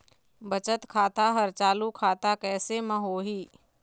बचत खाता हर चालू खाता कैसे म होही?